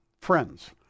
friends